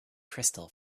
crystal